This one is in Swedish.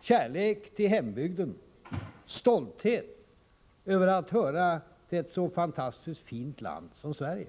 kärlek till hembygden, stolthet över att tillhöra ett så fantastiskt fint land som Sverige.